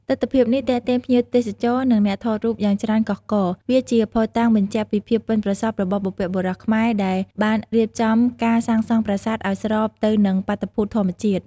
ទិដ្ឋភាពនេះទាក់ទាញភ្ញៀវទេសចរ និងអ្នកថតរូបយ៉ាងច្រើនកុះករ។ វាជាភស្តុតាងបញ្ជាក់ពីភាពប៉ិនប្រសប់របស់បុព្វបុរសខ្មែរដែលបានរៀបចំការសាងសង់ប្រាសាទឲ្យស្របទៅនឹងបាតុភូតធម្មជាតិ។